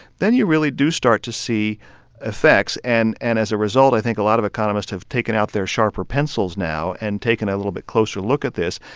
then you really do start to see effects. and and, as a result, i think a lot of economists have taken out their sharper pencils now and taken a little bit closer look at this,